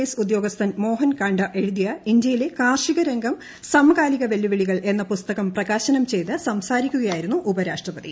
S ഉദ്യോഗസ്ഥൻ മോഹൻ കാണ്ഡക്ക് ശ്രീഴുതിയ ഇന്ത്യയിലെ കാർഷികരംഗം സമകാലിക വെല്ലുപ്പിളികൾ എന്ന പുസ്തകം പ്രകാശനം ചെയ്ത് സംസാരിക്കുകൂയായിരുന്നു ഉപരാഷ്ട്രപതി